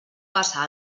passa